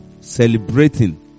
celebrating